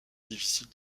difficile